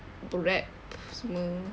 parade smile